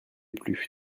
plus